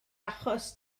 achos